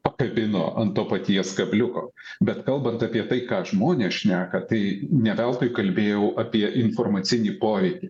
pakabino ant to paties kabliuko bet kalbant apie tai ką žmonės šneka tai ne veltui kalbėjau apie informacinį poveikį